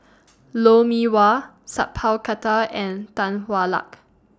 Lou Mee Wah Sat Pal Khattar and Tan Hwa Luck